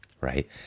right